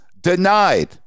denied